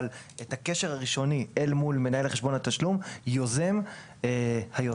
אבל את הקשר הראשוני מול מנהל חשבון התשלום יוזם היוזם.